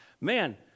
Man